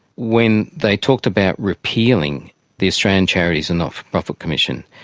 when they talked about repealing the australian charities and not-for-profits commission,